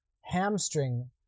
hamstring